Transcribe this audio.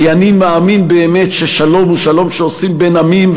כי אני מאמין באמת ששלום הוא שלום שעושים בין עמים,